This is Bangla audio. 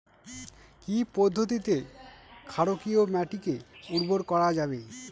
কি পদ্ধতিতে ক্ষারকীয় মাটিকে উর্বর করা যাবে?